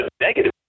negative